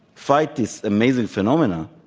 fight this amazing phenomenon,